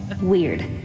Weird